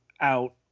out